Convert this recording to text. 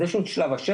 אז יש לנו את שלב השטח,